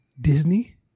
Disney